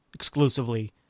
exclusively